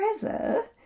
forever